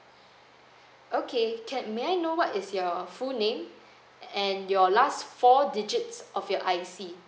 okay can may I know what is your full name and your last four digits of your I_C